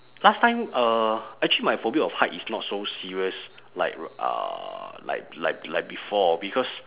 last time uh actually my phobia of height is not so serious like uh like like like before because